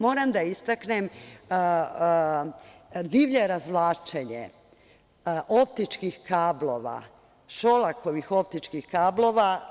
Moram da istaknem divlje razvlačenje optičkih kablova, Šolakovih optičkih kablova.